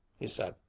he said.